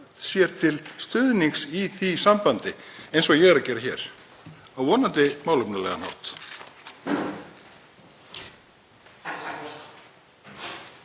sér til stuðnings í því sambandi, eins og ég er að gera hér, vonandi á málefnalegan hátt.